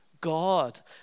God